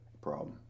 problem